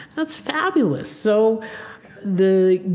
that's fabulous. so the